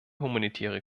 humanitäre